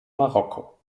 marokko